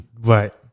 right